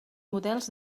models